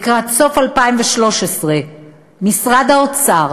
לקראת סוף 2013 משרד האוצר